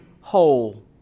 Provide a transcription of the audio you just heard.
whole